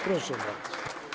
Proszę bardzo.